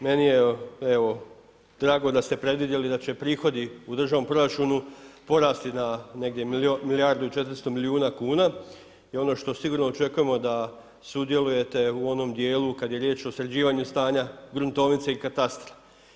Meni je drago da ste predvidjeli da će prihodi u državnom proračunu porasti na negdje milijardu i 400 milijuna kuna i ono što sigurno očekujemo da sudjelujete u onom djelu kad je riječ o sređivanju stanja gruntovnice i katastra.